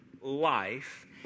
life